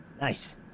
Nice